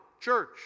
church